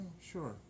sure